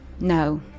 no